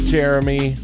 Jeremy